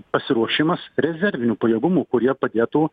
pasiruošimas rezervinių pajėgumų kurie padėtų